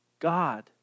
God